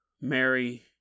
Mary